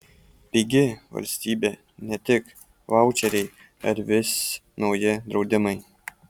pigi valstybė ne tik vaučeriai ar vis nauji draudimai